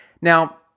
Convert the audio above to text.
Now